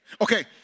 Okay